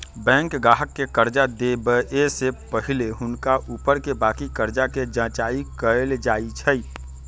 bank गाहक के कर्जा देबऐ से पहिले हुनका ऊपरके बाकी कर्जा के जचाइं कएल जाइ छइ